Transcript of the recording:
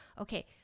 Okay